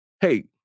hey